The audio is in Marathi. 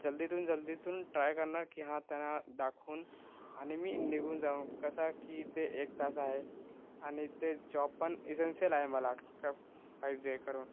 जल्दीतून जल्दीतून ट्राय करणार की हा त्यांना दाखवून आणि मी निघून जाऊ कसा की ते एक तास आहे आणि ते जॉब पण इसेन्सियल आहे मला पाहिजे करून